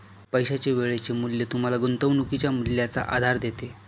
पैशाचे वेळेचे मूल्य तुम्हाला गुंतवणुकीच्या मूल्याचा आधार देते